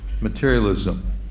materialism